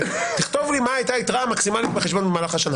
תכתוב לי מה הייתה היתרה המקסימלית בחשבון במהלך השנה.